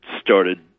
started